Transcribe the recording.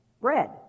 Bread